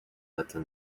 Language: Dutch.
nette